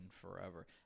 forever